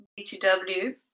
BTW